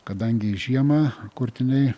kadangi žiemą kurtiniai